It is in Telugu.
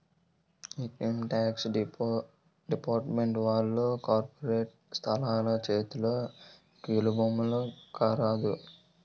ఇన్కమ్ టాక్స్ డిపార్ట్మెంట్ వాళ్లు కార్పొరేట్ సంస్థల చేతిలో కీలుబొమ్మల కారాదు